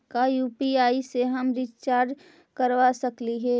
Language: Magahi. का यु.पी.आई से हम रिचार्ज करवा सकली हे?